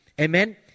Amen